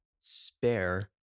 spare